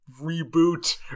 reboot